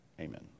amen